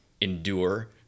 endure